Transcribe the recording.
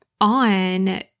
on